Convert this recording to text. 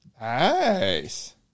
Nice